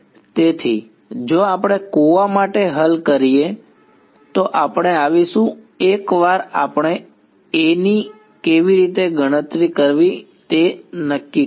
તેથી જો આપણે કૂવા માટે હલ કરીએ તો આપણે આવીશું એકવાર આપણે A ની કેવી રીતે ગણતરી કરવી તે નક્કી કરીએ